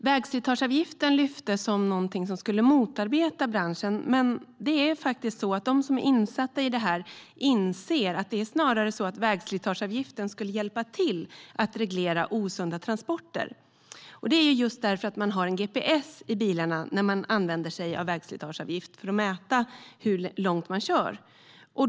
Vägslitageavgiften lyftes fram som någonting som skulle motarbeta branschen, men det är faktiskt så att de som är insatta i detta inser att vägslitageavgiften snarare skulle hjälpa till att reglera osunda transporter. Det är just för att man har en gps i bilarna när man använder sig av vägslitageavgift, för att mäta hur långt bilarna körs.